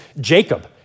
Jacob